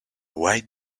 white